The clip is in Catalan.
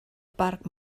parc